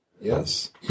Yes